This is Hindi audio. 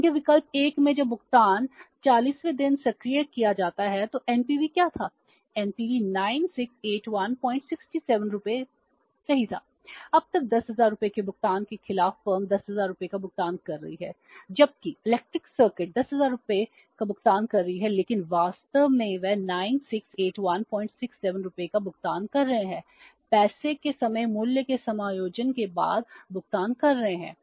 क्योंकि विकल्प 1 में जब भुगतान 40 वें दिन सक्रिय किया जाता है तो एनपीवी 10000 रुपये का भुगतान कर रहा है लेकिन वास्तव में वे 968167 रुपये का भुगतान कर रहे हैं पैसे के समय मूल्य के समायोजन के बाद भुगतान कर रहे हैं